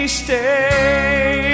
stay